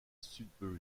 sudbury